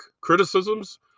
criticisms